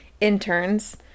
interns